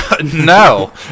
no